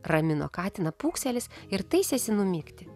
ramino katiną pūkselis ir taisėsi numigti